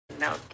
No